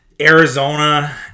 Arizona